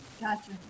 Gotcha